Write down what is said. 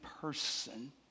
person